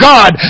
God